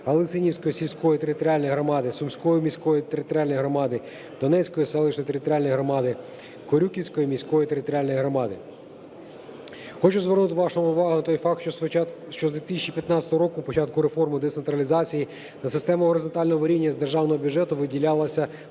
Галицинівської сільської територіальної громади, Сумської міської територіальної громади, Донецької селищної територіальної громади, Корюківської міської територіальної громади. Хочу звернути вашу увагу на той факт, що з 2015 року, початку реформи децентралізації, на систему горизонтального вирівнювання з державного бюджету виділялося